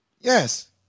Yes